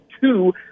two